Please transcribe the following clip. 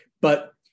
but-